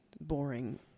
boring